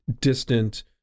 distant